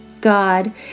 God